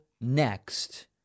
next